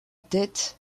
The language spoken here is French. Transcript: tête